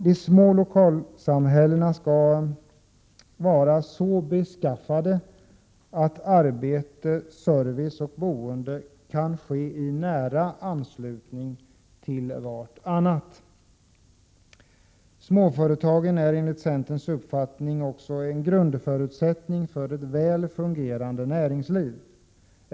De små lokalsamhällena skall vara så beskaffade att arbete, service och boende kan ske i nära anslutning till varandra. Småföretagen är enligt centerns uppfattning en grundförutsättning för ett väl fungerande näringsliv.